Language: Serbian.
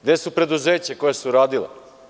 Gde su preduzeća koja su radila?